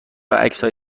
عکسهای